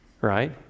right